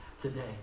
today